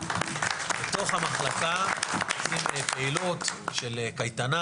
בתוך המחלקה עושים פעילות של קייטנה,